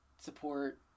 Support